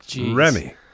Remy